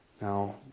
Now